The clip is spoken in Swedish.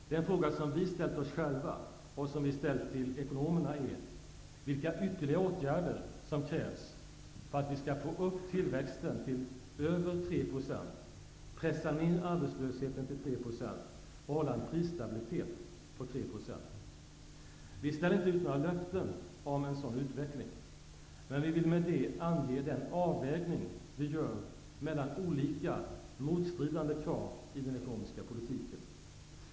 Den fråga som vi har ställt oss själva och som vi har ställt till ekonomerna är vilka ytterligare åtgärder som krävs för att vi skall få upp tillväxten till över 3 %, pressa ned arbetslösheten till 3 % och hålla en prisstabilitet på Vi ställer inte ut några löften om en sådan utveckling. Men vi vill med det ange den avvägning vi gör mellan olika motstridande krav i den ekonomiska politiken.